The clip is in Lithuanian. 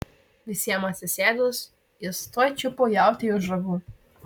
visiems atsisėdus jis tuoj čiupo jautį už ragų